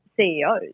CEOs